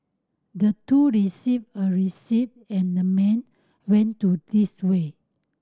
the two received a receipt and the man went to this way